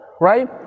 right